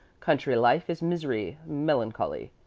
country life is misery, melancholy,